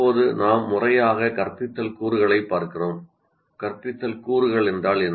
இப்போது நாம் முறையாக கற்பித்தல் கூறுகளைப் பார்க்கிறோம் கற்பித்தல் கூறுகள் என்றால் என்ன